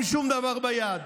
עם שום דבר ביד.